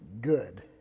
good